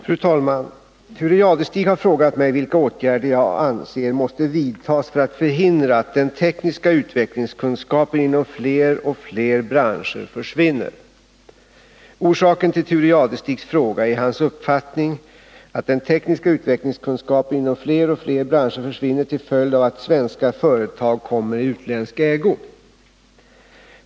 Fru talman! Thure Jadestig har frågat mig vilka åtgärder jag anser måste vidtas för att förhindra att den tekniska utvecklingskunskapen inom fler och fler branscher försvinner. Orsaken till Thure Jadestigs fråga är hans uppfattning att den tekniska utvecklingskunskapen inom fler och fler branscher försvinner till följd av att svenska företag kommer i utländsk ägo.